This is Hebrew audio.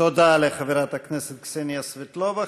תודה לחברת הכנסת קסניה סבטלובה.